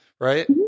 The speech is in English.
Right